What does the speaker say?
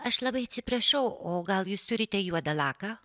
aš labai atsiprašau o gal jūs turite juodą laką